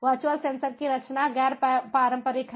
virtual sensor की रचना गैर पारंपरिक है